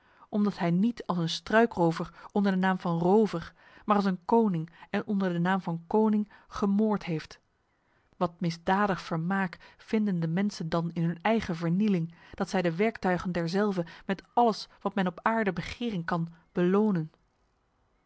omdat hij niet als een struikrover onder de naam van rover maar als een koning en onder de naam van koning gemoord heeft wat misdadig vermaak vinden de mensen dan in hun eigen vernieling dat zij de werktuigen derzelve met alles wat men op aarde begeren kan belonen